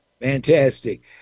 Fantastic